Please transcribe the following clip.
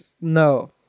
No